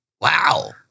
Wow